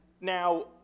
Now